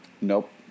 Nope